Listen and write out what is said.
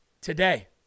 today